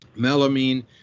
melamine